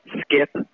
Skip